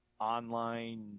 online